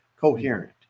coherent